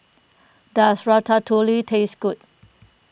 does Ratatouille taste good